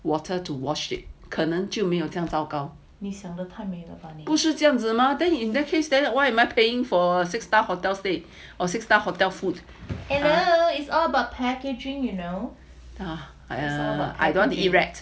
water to wash it 可能就没有这样糟糕不是这样 mah then in that case then why am I paying for six star hotels date or six star hotel food and I err I don't want to eat rat